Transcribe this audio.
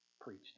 Preach